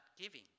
giving